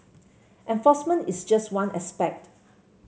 enforcement is just one aspect